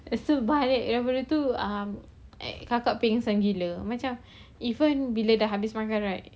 lepas tu balik daripada tu um like kakak pengsan gila macam even bila dah habis makan right